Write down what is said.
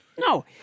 No